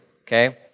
Okay